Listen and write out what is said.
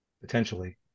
potentially